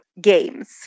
games